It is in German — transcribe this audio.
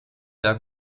der